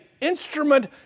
instrument